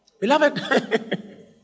Beloved